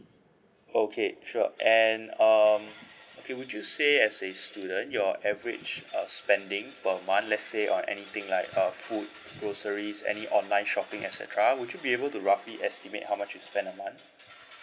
okay sure and um okay you would you say as a student your average uh spending per month let's say on anything like uh food groceries any online shopping et cetera would you be able to roughly estimate how much you spend a month